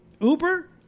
Uber